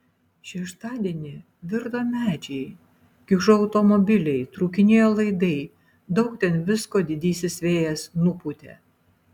šeštadienį virto medžiai kiužo automobiliai trūkinėjo laidai daug ten visko didysis vėjas nupūtė